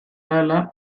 ahala